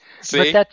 See